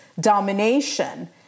domination